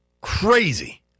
Crazy